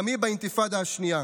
גם היא באינתיפאדה השנייה.